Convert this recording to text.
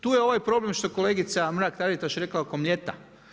Tu je ovaj problem, što je kolegica Mrak-Taritaš rekla oko Mljeta.